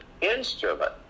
instrument